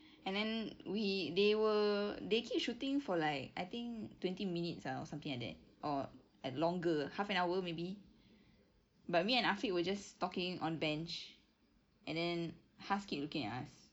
and then we they were they keep shooting for like I think twenty minutes ah or something like that or eh longer half an hour maybe but me and afiq were just talking on the bench and then haz